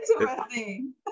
Interesting